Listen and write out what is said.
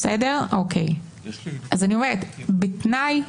אני אומרת בתנאי.